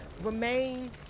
remain